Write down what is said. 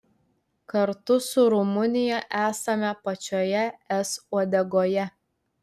kartu su rumunija esame pačioje es uodegoje